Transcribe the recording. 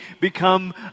become